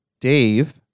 Dave